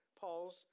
Paul's